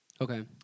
Okay